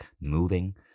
moving